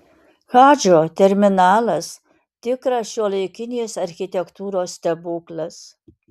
hadžo terminalas tikras šiuolaikinės architektūros stebuklas